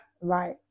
right